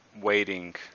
waiting